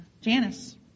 Janice